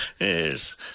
Yes